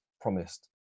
promised